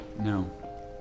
No